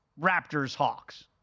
Raptors-Hawks